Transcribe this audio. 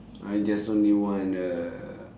I just only want a